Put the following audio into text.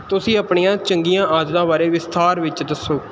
ਤੁਸੀਂ ਆਪਣੀਆਂ ਚੰਗੀਆਂ ਆਦਤਾਂ ਬਾਰੇ ਵਿਸਥਾਰ ਵਿੱਚ ਦੱਸੋ